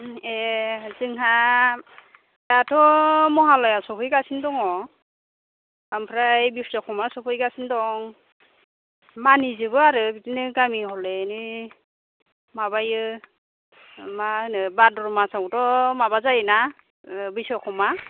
ए जोंहा दाथ' महालया सफैगासिनो दङ ओमफ्राय बिश्वकर्मा सफैगासिनो दं मानिजोबो आरो बिदिनो गामि हलैनो माबायो मा होनो भाद्र मासआवथ' माबा जायो ना बिश्वकर्मा